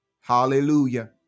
Hallelujah